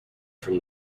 from